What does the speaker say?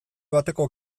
bateko